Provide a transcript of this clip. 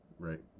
right